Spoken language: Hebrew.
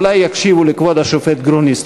אולי יקשיבו לכבוד השופט גרוניס.